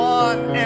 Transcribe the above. one